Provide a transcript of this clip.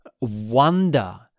wonder